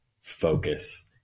focus